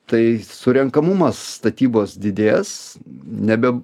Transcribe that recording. tai surenkamumas statybos didės nebe